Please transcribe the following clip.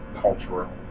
cultural